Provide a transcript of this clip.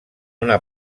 una